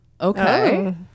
Okay